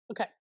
Okay